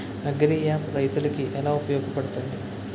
Agri app రైతులకి ఏలా ఉపయోగ పడుతుంది?